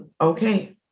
okay